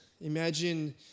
Imagine